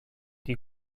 die